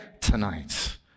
tonight